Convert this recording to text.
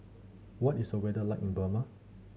what is the weather like in Burma